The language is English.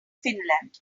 finland